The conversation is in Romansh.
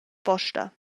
posta